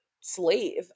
slave